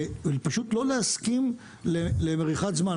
ולא להסכים למריחת זמן.